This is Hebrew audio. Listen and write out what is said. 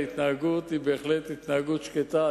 ההתנהגות היא בהחלט התנהגות שקטה,